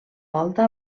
volta